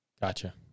Gotcha